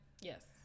Yes